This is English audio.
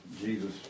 Jesus